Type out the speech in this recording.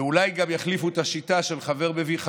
ואולי גם יחליפו את השיטה של חבר מביא חבר,